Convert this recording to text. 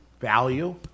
Value